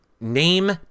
Name